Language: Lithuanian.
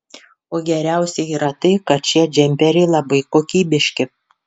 o geriausia yra tai kad šie džemperiai labai kokybiški